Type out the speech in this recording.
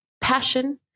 passion